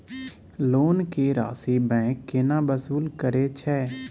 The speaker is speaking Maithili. लोन के राशि बैंक केना वसूल करे छै?